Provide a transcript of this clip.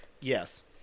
Yes